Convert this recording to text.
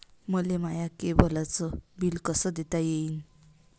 मले माया केबलचं बिल कस देता येईन?